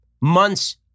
months